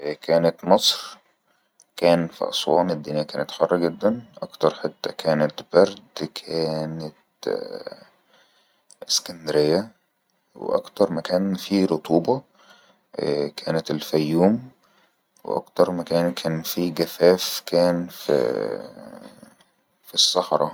كانت مصر كان في أصوان الدنيا كانت حر جدن أكتر حتة كانت برد كانت اسكندرية وأكتر مكان فيه رطوبة كانت الفيوم وأتثر مكان كان فيه جفاف كان في في الصحرة